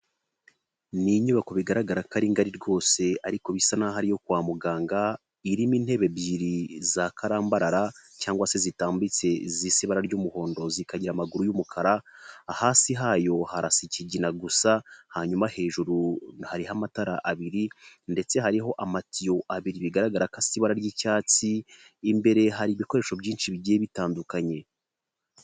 Ni inyubako bigaragara ko ari ngari rwose ariko bisa n'aho ari iyo kwa muganga, irimo intebe ebyiri za karambarara cg se zitambitse zisa ibara ry'umuhondo zikagira amaguru y'umukara, hasi hayo harasa ikigina gusa, hanyuma hejuru hariho amatara abiri, ndetse hariho amatiyo abiri bigaragara kosa ibara ry'icyatsi, imbere hari ibikoresho byinshi bigiye bitandukanye.